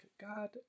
God